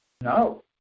No